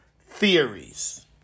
theories